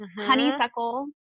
honeysuckle